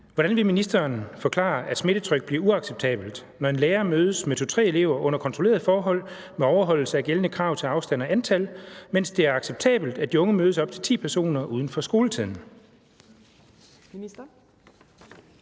Hvordan vil ministeren forklare, at smittetrykket bliver uacceptabelt, når en lærer mødes med to-tre elever under kontrollerede forhold med overholdelse af gældende krav til afstand og antal, mens det er acceptabelt, at de unge mødes op til ti personer uden for skoletiden?